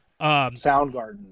Soundgarden